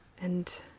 and